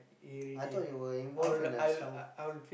I thought you were involved in a some